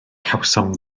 cawsom